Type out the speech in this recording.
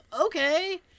okay